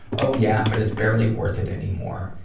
oh, yeah. but it's barely worth it anymore.